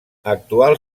actual